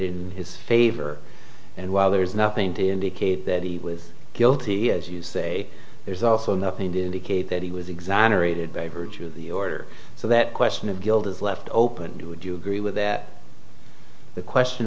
in his favor and while there is nothing to indicate that he with guilty as you say there's also nothing to indicate that he was exonerated by virtue of the order so that question of guilt is left open would you agree with that the question